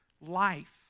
life